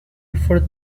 before